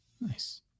Nice